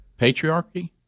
patriarchy